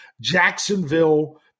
Jacksonville